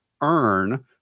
earn